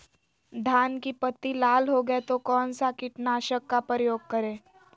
धान की पत्ती लाल हो गए तो कौन सा कीटनाशक का प्रयोग करें?